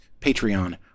Patreon